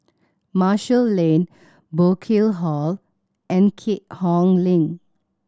Marshall Lane Burkill Hall and Keat Hong Link